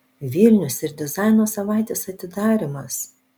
vilnius ir dizaino savaitės atidarymas